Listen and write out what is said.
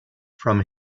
from